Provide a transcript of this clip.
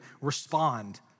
respond